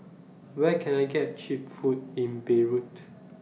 Where Can I get Cheap Food in Beirut